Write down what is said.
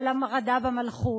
על המרדה במלכות.